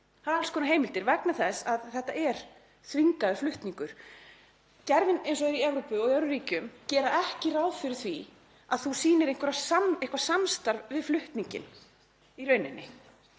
Það eru alls konar heimildir, vegna þess að þetta er þvingaður flutningur. Gerðin eins og er í Evrópu og öðrum ríkjum gerir ekki ráð fyrir því að þú sýnir eitthvert samstarf við flutninginn.